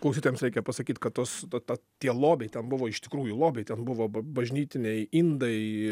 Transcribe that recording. klausytojams reikia pasakyt kad tos ta ta tie lobiai ten buvo iš tikrųjų lobiai ten buvo ba bažnytiniai indai